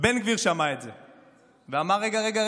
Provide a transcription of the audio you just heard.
בן גביר שמע את זה ואמר: רגע,